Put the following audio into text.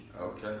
Okay